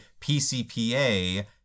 PCPA